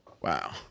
Wow